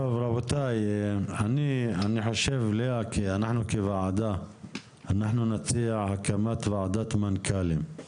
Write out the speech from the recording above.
רבותיי, אנחנו כוועדה נציע הקמת ועדת מנכ"לים,